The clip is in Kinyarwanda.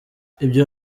ibyo